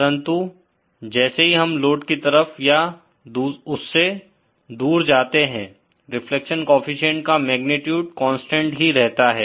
परन्तु जैसे ही हम लोड की तरफ या उससे दूर जाते हैं रिफ्लेक्शन कोएफ़िशिएंट का मैगनीट्यूड कांस्टेंट ही रहता है